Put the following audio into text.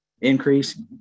increase